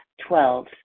Twelve